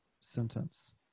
sentence